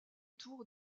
tour